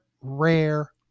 rare